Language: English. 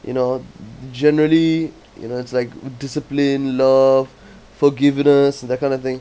you know generally you know it's like discipline love forgiveness and that kind of thing